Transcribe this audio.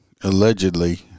allegedly